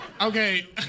Okay